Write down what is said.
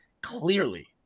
clearly